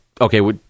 okay